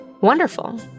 Wonderful